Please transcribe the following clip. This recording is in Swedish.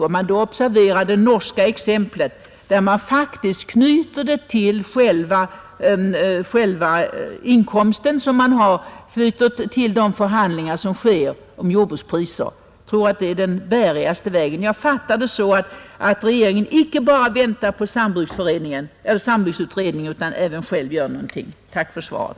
Man bör då observera det norska exemplet, där semesterrätten faktiskt knytes till inkomsten och till de förhandlingar som sker om jordbrukspriserna. Jag tror att det är den bärigaste vägen. Jag fattar det så att regeringen inte bara tänker vänta på sambruksutredningens resultat utan även själv gör någonting. Tack för svaret!